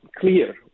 clear